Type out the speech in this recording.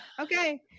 Okay